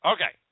Okay